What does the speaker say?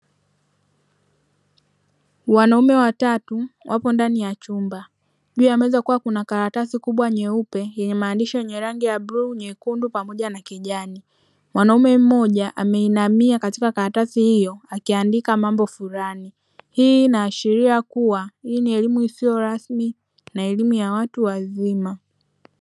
Wanaume watau wapo ndani ya chumba, juu ya meza kukiwa nakaratasi kubwa nyeupe yenye maandishi yenye rangi ya bluu, nyekundu pamoja na kijani, mwanaume mmoja ameinamia katika karatasi hiyo akiandika mabo fulani, hii inaashiria kuwa hii ni elimu isiyo rasmi na elimu ya watu wazima.